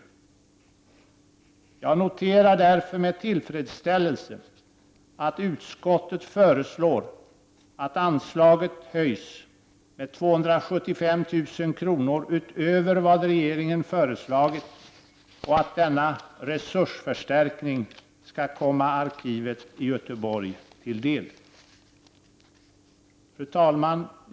Jag noterar därför med tillfredsställelse att utskottet föreslår att anslaget höjs med 275 000 kr. utöver det regeringen har föreslagit och att denna resursförstärkning skall komma arkivet i Göteborg till del. Fru talman!